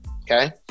Okay